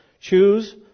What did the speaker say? Choose